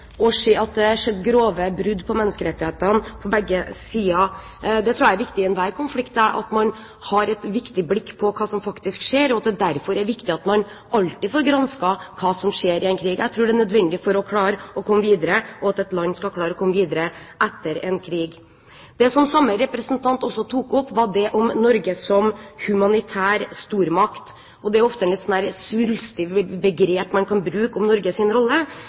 å se at det har skjedd grove brudd på menneskerettighetene på begge sider. Jeg tror det er viktig i enhver konflikt at man har et våkent blikk på hva som faktisk skjer, og at det derfor er viktig at man alltid får gransket hva som skjer i en krig. Jeg tror det er nødvendig for å klare å komme videre, og for at et land skal klare å komme videre etter en krig. Det som samme representant også tok opp, var Norge som humanitær stormakt. Det er et svulstig begrep man ofte kan bruke om Norges rolle. Men jeg tror det er viktig at Norge